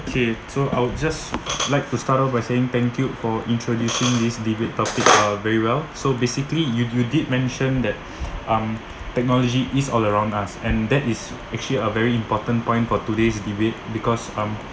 okay so I would just like to start off by saying thank you for introducing this debate topic uh very well so basically you you did mention that um technology is all around us and that is actually a very important point for today's debate because um